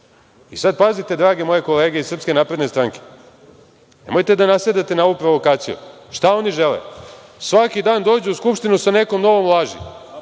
pazite, drage moje kolege iz SNS, nemojte da nasedate na ovu provokaciju. Šta oni žele? Svaki dan dođu u Skupštinu sa nekom novom laži